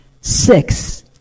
Six